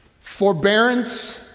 Forbearance